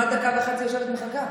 דקה וחצי כמעט אני יושבת ומחכה.